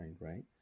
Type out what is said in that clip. right